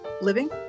living